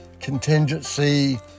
contingency